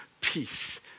peace